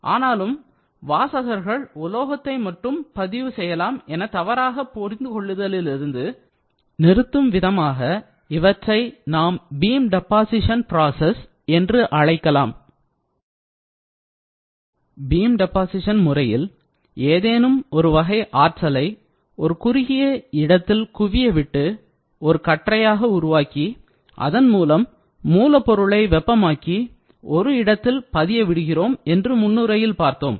ஆனாலும் வாசகர்கள் உலோகத்தை மட்டும் பதிவு செய்யலாம் என தவறாக புரிந்து கொள்ளுதல்லிருந்து நிறுத்தும் விதமாக இவற்றை நாம் பீம் டெப்பாசீஷன்பிராசஸ் என்று அழைக்கலாம் பீம் டெப்பாசீஷன் முறையில் ஏதேனும் ஒரு வகை ஆற்றலை ஒரு குறுகிய இடத்தில் குவிய விட்டு ஒரு கற்றையாக உருவாக்கி அதன்மூலம் மூலப்பொருளை வெப்பமாக்கி ஒரு இடத்தில்பதிய விடுகிறோம் என்று முன்னுரையில் பார்த்தோம்